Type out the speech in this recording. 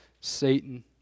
Satan